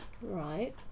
right